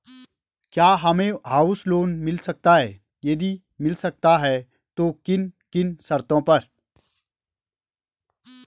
क्या हमें house loan मिल सकता है यदि मिल सकता है तो किन किन शर्तों पर?